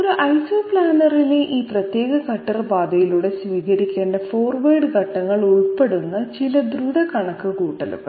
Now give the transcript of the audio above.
ഒരു ഐസോപ്ലാനറിലെ ഈ പ്രത്യേക കട്ടർ പാതയിലൂടെ സ്വീകരിക്കേണ്ട ഫോർവേഡ് ഘട്ടങ്ങൾ ഉൾപ്പെടുന്ന ചില ദ്രുത കണക്കുകൂട്ടലുകൾ